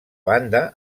banda